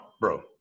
bro